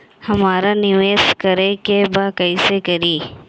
हमरा निवेश करे के बा कईसे करी?